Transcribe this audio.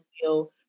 feel